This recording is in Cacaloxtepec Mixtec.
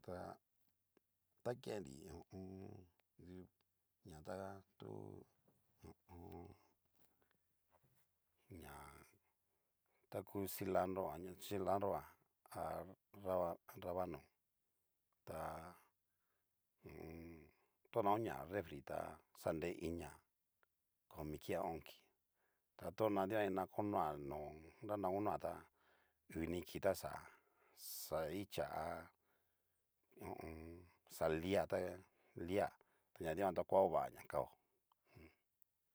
Ta takennri ho o on. ña ta hu ho o on. ña ta ku cilandrojan a ra- ravano ta hu u un. taña oñoa refri ta xare inia komi kii a o'on kii, ta tona dikani na konoa no nra na konoa tá uu ni kii ta xa xaicha ha. ho o on. xa lia ta lia taña dikan va hova ña kao.